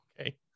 Okay